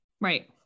Right